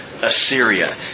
Assyria